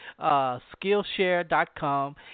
Skillshare.com